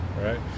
right